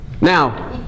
Now